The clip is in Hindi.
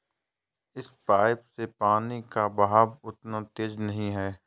इस पाइप से पानी का बहाव उतना तेज नही है